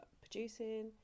producing